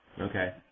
Okay